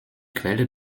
quelle